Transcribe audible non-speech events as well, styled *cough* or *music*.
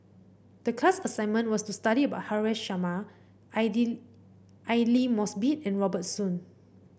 the class assignment was to study about Haresh Sharma *unintelligible* Aidli Mosbit and Robert Soon